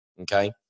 Okay